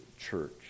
church